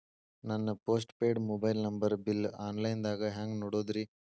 ನನ್ನ postpaid mobile number bill, online ದಾಗ hang ನೋಡೋದ್ರಿ?